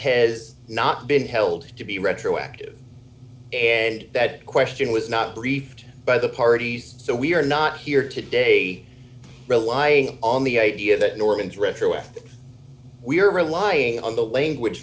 has not been held to be retroactive and that question was not briefed by the parties so we are not here today rely on the idea that norman's retroactive we are relying on the language